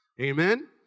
Amen